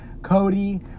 Cody